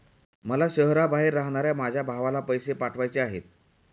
मला शहराबाहेर राहणाऱ्या माझ्या भावाला पैसे पाठवायचे आहेत